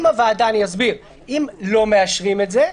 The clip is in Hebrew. אם לא מאשרים את זה,